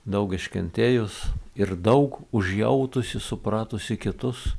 daug iškentėjus ir daug užjautusi supratusi kitus